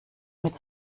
mit